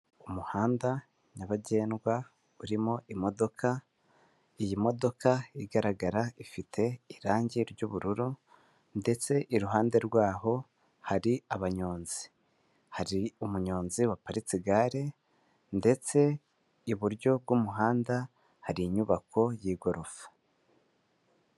Umuhanda nyabagendwa urimo imodoka, iyi modoka igaragara ifite irangi ry'ubururu ndetse iruhande rwaho hari abanyonzi; hari umunyonzi wa paritse igare ndetse iburyo bw'umuhanda hari inyubako y'igorofa.